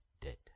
dead